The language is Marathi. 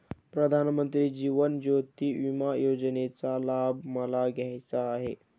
प्रधानमंत्री जीवन ज्योती विमा योजनेचा लाभ मला घ्यायचा आहे